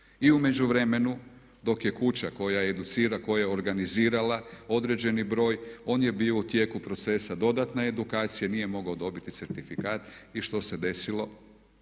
I u međuvremenu dok je kuća koja educira, koja je organizirala određeni broj, on je bio u tijeku procesa dodatne edukacije, nije mogao dobiti certifikat i što se desilo,